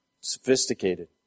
sophisticated